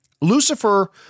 Lucifer